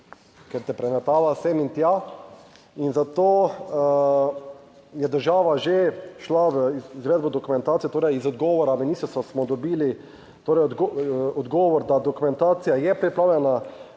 ker te premetava sem in tja, in zato je država že šla v izvedbo dokumentacije, torej iz odgovora ministrstva smo dobili torej odgovor, da dokumentacija je pripravljena